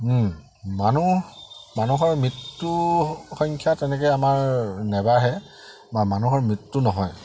মানুহ মানুহৰ মৃত্যু সংখ্যা তেনেকৈ আমাৰ নাবাঢ়ে বা মানুহৰ মৃত্যু নহয়